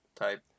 type